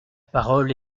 parole